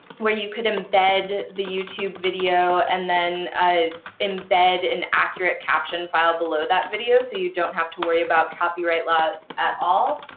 where you could embed the youtube video, and then embed an accurate caption file below that video, so you don't have to worry about copyright law at all.